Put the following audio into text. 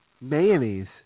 Mayonnaise